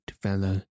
fellow